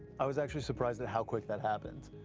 i was actually surprised at how quick that happened.